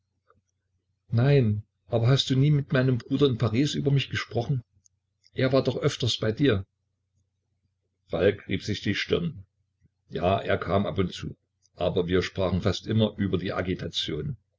nein aber hast du nie mit meinem bruder in paris über mich gesprochen er war doch öfters bei dir falk rieb sich die stirn ja er kam ab und zu aber wir sprachen fast immer über die agitation